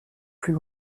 plus